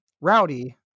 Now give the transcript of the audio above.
Rowdy